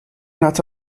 not